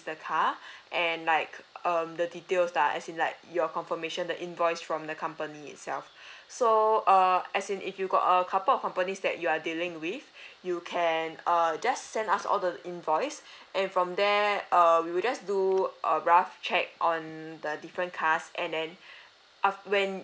the car and like um the details lah as in like your confirmation the invoice from the company itself so uh as in if you got a couple of companies that you are dealing with you can err just send us all the invoice and from there err we will just do a rough check on the different cars and then af~ when